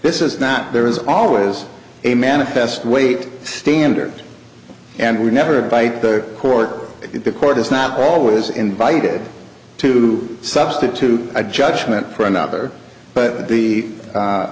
this is not there is always a manifest weight standard and we never invite the court the court is not always invited to substitute a judgment for another but the